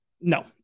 No